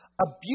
abuse